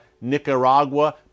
Nicaragua